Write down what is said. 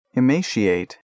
emaciate